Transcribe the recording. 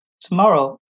tomorrow